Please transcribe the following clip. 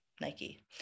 Nike